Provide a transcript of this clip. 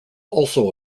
also